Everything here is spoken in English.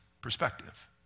perspective